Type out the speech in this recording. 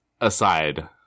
aside